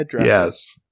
Yes